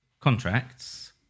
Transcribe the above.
contracts